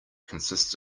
consists